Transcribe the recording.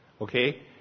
Okay